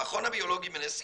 המכון הביולוגי בנס ציונה,